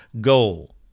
goal